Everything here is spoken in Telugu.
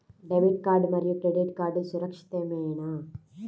డెబిట్ కార్డ్ మరియు క్రెడిట్ కార్డ్ సురక్షితమేనా?